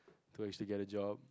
to actually get a job